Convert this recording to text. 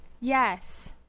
Yes